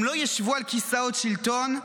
הם לא ישבו על כיסאות שלטון,